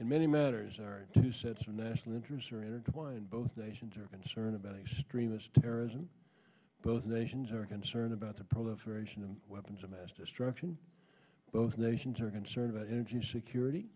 in many matters are two sets of national interests are intertwined both nations are concerned about extremist terrorism both nations are concerned about the proliferation of weapons of mass destruction both nations are concerned about energy security